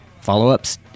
Follow-Ups